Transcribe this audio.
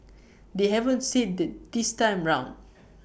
they haven't said that this time round